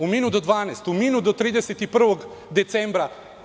U minut do dvanaest, u minut do 31. decembra.